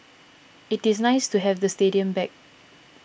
it is nice to have the stadium back